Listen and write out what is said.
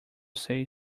say